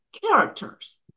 characters